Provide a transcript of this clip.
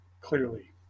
clearly